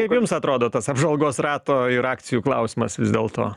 kaip jums atrodo tas apžvalgos rato ir akcijų klausimas vis dėlto